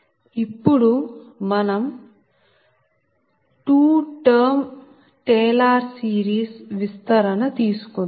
ఇప్పుడు మనం 2 term Taylor series విస్తరణ తీసుకుందాం